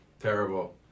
Terrible